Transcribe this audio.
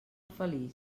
feliç